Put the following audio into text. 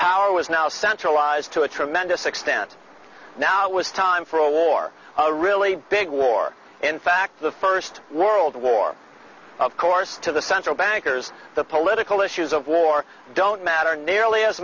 power was now centralized to a tremendous extent now it was time for a war a really big war in fact the first world war of course to the central bankers the political issues of war don't matter nearly as